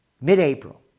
mid-April